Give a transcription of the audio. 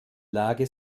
lage